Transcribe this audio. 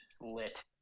lit